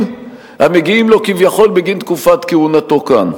המגיעים לו כביכול בגין תקופת כהונתו כאן.